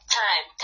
time